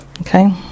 Okay